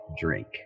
drink